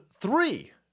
three